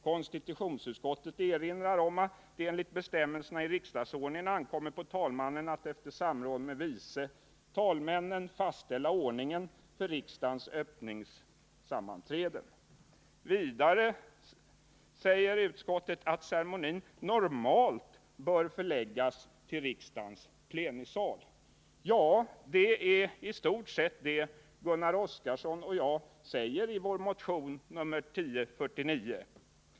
Konstitutions 35 utskottet erinrar om att det enligt bestämmelserna i riksdagsordningen ankommer på talmannen att efter samråd med vice talmännen fastställa ordningen för riksdagens öppningssammanträden. Vidare säger utskottet att ceremonin normalt bör förläggas till riksdagens plenisal. Ja, det är i stort sett vad Gunnar Oskarson och jag säger i vår motion nr 1049.